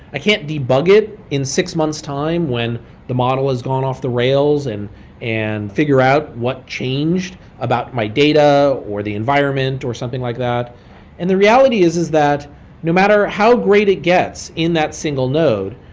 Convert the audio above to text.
i can't debug it in six months' time when the model has gone off the rails and and figure out what changed about my data, or the environment, or something like that and the reality is is that no matter how great it gets in that single node,